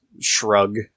shrug